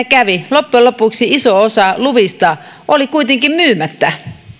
kävi loppujen lopuksi iso osa luvista oli kuitenkin myymättä